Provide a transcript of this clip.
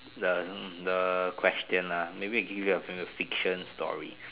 the hmm the question ah maybe we can give you a f~ fiction story